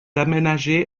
aménagé